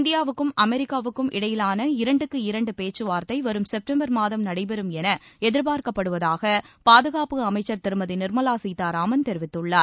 இந்தியாவுக்கும் அமெரிக்காவுக்கும் இடையிலாள இரண்டுக்கு இரண்டு பேச்சுவார்த்தை வரும் செப்டம்பா மாதம் நடைபெறும் என எதிர்பார்க்கப்படுவதாக பாதுகாப்பு அமைச்சர் திருமதி நிர்மலா சீதாராமன் தெரிவித்துள்ளார்